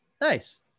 Nice